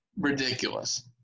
ridiculous